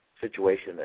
situation